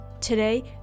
Today